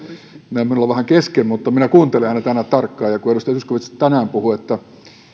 ovat minulla vähän kesken mutta minä kuuntelen häntä täällä aina tarkkaan ja kun edustaja zyskowicz tänään puhui